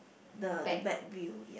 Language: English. the the back view